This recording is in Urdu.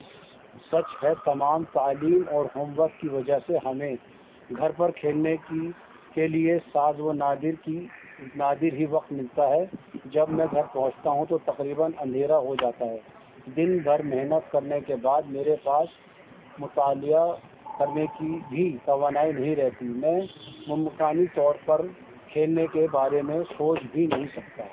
سچ ہے تمام تعلیم اور ہوم ورک کی وجہ سے ہمیں گھر پر کھیلنے کی کے لیے شاذ و نادر کی نادر ہی وقت ملتا ہے جب میں گھر پہنچتا ہوں تو تقریباً اندھیرا ہو جاتا ہے دن بھر محنت کرنے کے بعد میرےپاس مطالعہ کرنے کی بھی توانائی نہیں رہتی میںممکانی طور پر کھیلنے کے بارے میں سوچ بھی نہیں سکتا